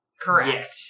Correct